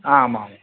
ஆ ஆமாம்மா